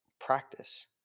practice